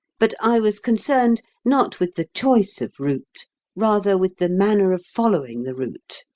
but i was concerned, not with the choice of route rather with the manner of following the route.